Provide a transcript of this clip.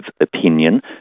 opinion